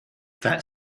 that